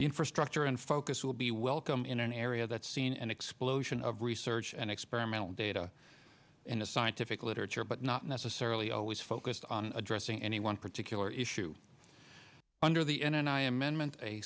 infrastructure and focus will be welcome in an area that's seen an explosion of research and experimental data in a scientific literature but not necessarily always focused on addressing any one particular issue under the n and i amendment a